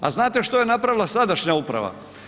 A znate što je napravila današnja uprava?